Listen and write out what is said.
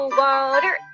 water